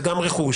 זה גם רכוש.